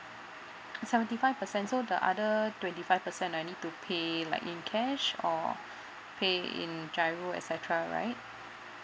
seventy five percent so the other twenty five percent I need to pay like in cash or pay in GIRO etcetera right